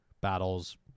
battles